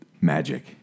magic